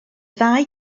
ddau